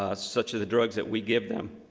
ah such as a drug that we give them,